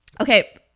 okay